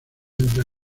entre